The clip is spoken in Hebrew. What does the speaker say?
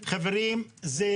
חברים, זו